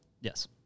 Yes